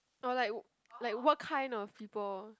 oh like wh~ like what kind of people